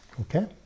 Okay